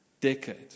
decade